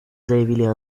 заявили